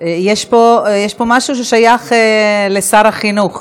יש פה משהו ששייך לשר החינוך.